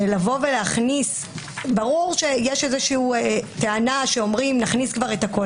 להכניס ברור שיש טענה שאומרים: נכניס כבר הכול.